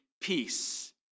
peace